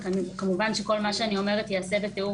וכמובן שכל מה שאני אומרת ייעשה בתיאום